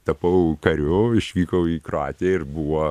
tapau kariu išvykau į kroatiją ir buvo